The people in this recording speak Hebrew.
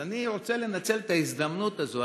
אז אני רוצה לנצל את ההזדמנות הזאת,